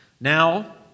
Now